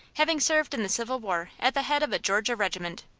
having served in the civil war at the head of a georgia regiment.